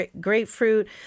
grapefruit